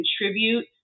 contribute